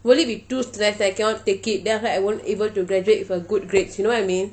will it be too stress I cannot take it then after that I won't able to graduate with a good grades you know what I mean